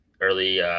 early, –